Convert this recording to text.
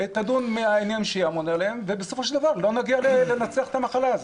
תדון בעניין שהיא אמונה עליו ובסופו של דבר לא נגיע לנצח את המחלה הזאת.